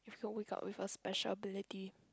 if you could wake up with a special ability